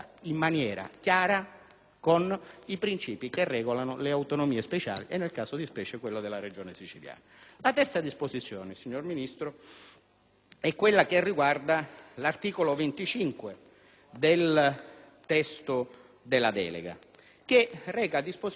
con i principi che regolano le autonomie speciali e nel caso di specie quello della Regione siciliana. La terza disposizione, signor Ministro, è quella che riguarda l'articolo 25 del testo della delega che reca disposizioni, in forza delle quali